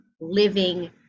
living